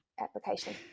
Application